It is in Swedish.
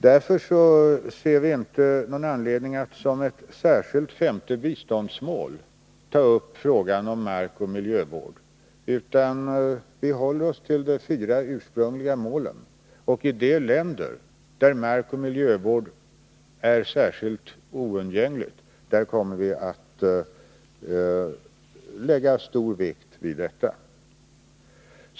Därför ser vi inte någon anledning att som ett särskilt femte biståndsmål ta upp frågan om markoch miljövård, utan vi håller oss till de fyra ursprungliga målen, och i de länder där markoch miljövård är särskilt oundgänglig kommer vi att lägga stor vikt vid detta område.